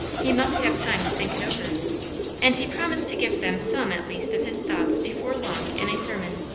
he must have time to think it over and he promised to give them some at least of his thoughts before long in a sermon.